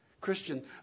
Christian